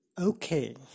okay